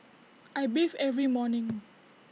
I bathe every morning